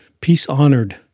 peace-honored